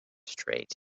straight